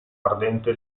ardente